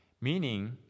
meaning